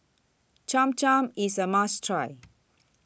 Cham Cham IS A must Try